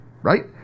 right